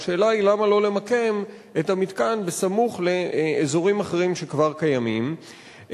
והשאלה היא למה לא למקם את המתקן סמוך לאזורים אחרים שכבר קיימים.